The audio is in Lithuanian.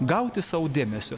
gauti sau dėmesio